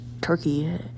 Turkey